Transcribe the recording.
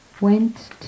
went